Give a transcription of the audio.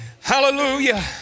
Hallelujah